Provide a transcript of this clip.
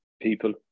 people